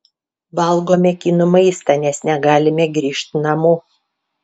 valgome kinų maistą nes negalime grįžt namo